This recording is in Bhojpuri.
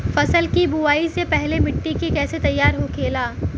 फसल की बुवाई से पहले मिट्टी की कैसे तैयार होखेला?